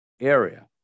area